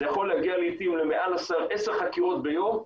זה יכול להגיע לעיתים למעל עשר חקירות ביום.